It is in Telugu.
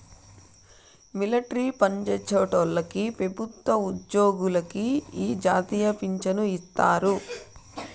మిలట్రీ పన్జేసేటోల్లకి పెబుత్వ ఉజ్జోగులకి ఈ జాతీయ పించను ఇత్తారు